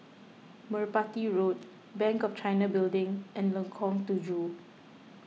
Merpati Road Bank of China Building and Lengkong Tujuh